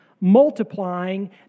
multiplying